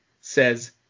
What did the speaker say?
says